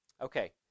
Okay